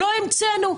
לא המצאנו.